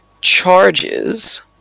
charges